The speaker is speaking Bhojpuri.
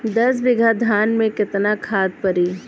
दस बिघा धान मे केतना खाद परी?